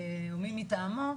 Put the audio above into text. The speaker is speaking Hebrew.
או מי מטעמו,